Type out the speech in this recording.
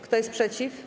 Kto jest przeciw?